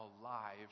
alive